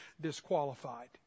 disqualified